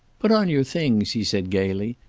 put on your things, he said gayly,